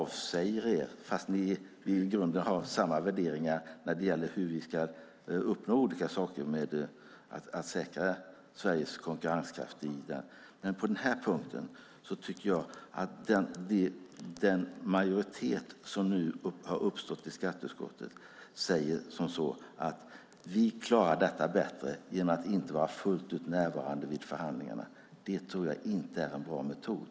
Vi har i grunden samma värderingar när det gäller hur vi ska uppnå olika saker med att säkra Sveriges konkurrenskraft. Men på den här punkten tycker jag att den majoritet som nu har uppstått i skatteutskottet säger att vi klarar detta bättre genom att inte vara fullt ut närvarande vid förhandlingarna. Det tror jag inte är en bra metod.